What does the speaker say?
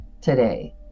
today